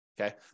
Okay